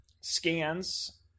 scans